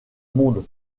monde